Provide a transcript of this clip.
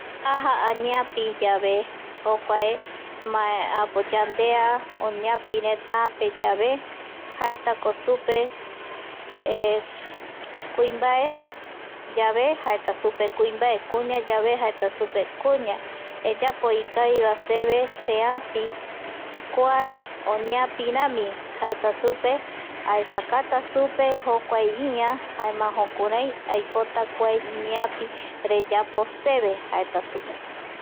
Aja añeapiyave jokuae oñapiretaa peyave jaetako supe kuimbaeyave jaeta supe, kuimbae, kuñayave jaetasupe, kuña eyapo ikavivae seve seapi kuae oñeapirami jaeta supe, aesaukata supe jokuae ia jaema jukurai aipota kua ñeapi reayapo seve jaeta supe